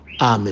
amen